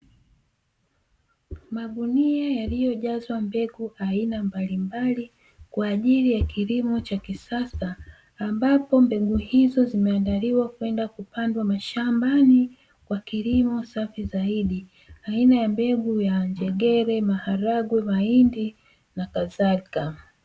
Magunia yaliyojazwa mbegu ya aina mbalimbali kwa ajili ya kilimo cha kisasa, ambapo mbegu hizo zimeandaliwa kwenda kupandwa mashambani kwa kilimo safi zaidi aina ya mbegu ya njegele maharagwe, mahindi na kadhalika.